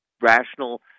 rational